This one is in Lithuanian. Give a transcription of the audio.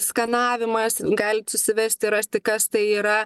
skanavimas galit susivesti rasti kas tai yra